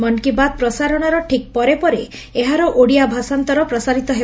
ମନ୍ କି ବାତ୍ ପ୍ରସାରଣର ଠିକ୍ ପରେ ପରେ ଏହାର ଓଡ଼ିଆ ଭାଷାନ୍ତର ପ୍ରସାରିତ ହେବ